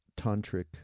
tantric